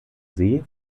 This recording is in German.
see